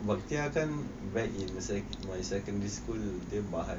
bakhtiar kan back in my secondary school dia bahan